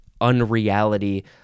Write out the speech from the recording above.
unreality